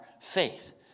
faith